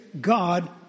God